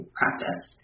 practice